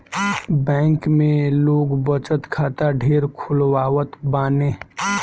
bank में लोग बचत खाता ढेर खोलवावत बाने